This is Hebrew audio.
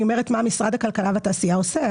אומרת מה משרד הכלכלה והתעשייה עושה.